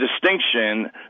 distinction